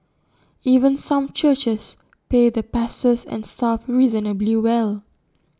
even some churches pay the pastors and staff reasonably well